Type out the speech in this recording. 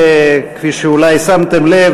כפי שאולי שמתם לב,